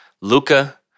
Luca